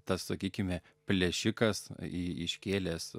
tas sakykime plėšikas iškėlęs